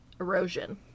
Erosion